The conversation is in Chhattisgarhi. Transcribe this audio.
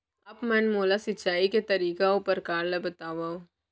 आप मन मोला सिंचाई के तरीका अऊ प्रकार ल बतावव?